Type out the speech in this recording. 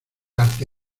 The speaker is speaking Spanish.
arte